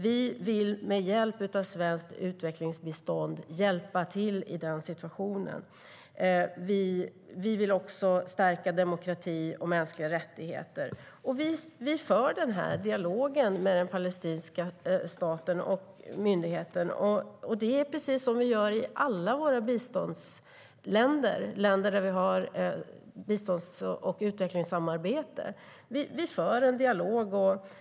Vi vill med hjälp av svenskt utvecklingsbistånd hjälpa till i den situationen. Vi vill också stärka demokrati och mänskliga rättigheter. Vi för den dialogen med den palestinska staten och myndigheten. Det är precis så vi gör i alla våra biståndsländer där vi har bistånds och utvecklingssamarbete. Vi för en dialog.